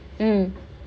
mm